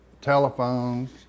telephones